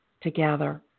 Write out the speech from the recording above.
together